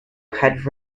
had